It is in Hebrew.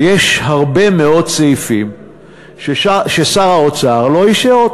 יש הרבה מאוד סעיפים ששר האוצר לא אישר,